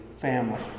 family